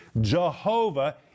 Jehovah